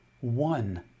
one